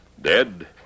Dead